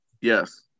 yes